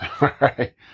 right